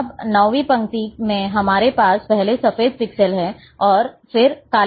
अब नौवीं पंक्ति में हमारे पास पहले सफेद पिक्सेल हैं और फिर काले पिक्सल्स